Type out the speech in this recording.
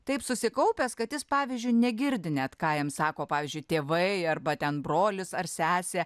taip susikaupęs kad jis pavyzdžiui negirdi net ką jam sako pavyzdžiui tėvai arba ten brolis ar sesė